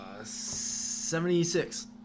76